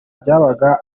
byabaga